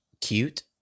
cute